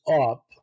up